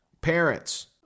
parents